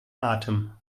atem